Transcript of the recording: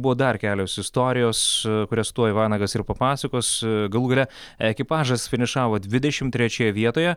buvo dar kelios istorijos kurias tuoj vanagas ir papasakos galų gale ekipažas finišavo dvidešim trečioje vietoje